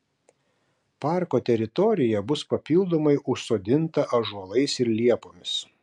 parko teritorija bus papildomai užsodinta ąžuolais ir liepomis